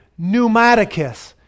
pneumaticus